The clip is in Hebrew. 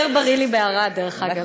יותר בריא לי בערד, דרך אגב.